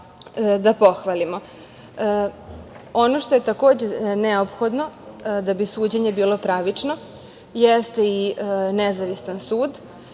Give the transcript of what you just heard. da pohvalimo. Ono što je takođe neophodno da bi suđenje bilo pravično jeste i nezavisan sud